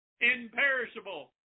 imperishable